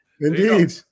Indeed